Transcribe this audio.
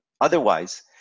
Otherwise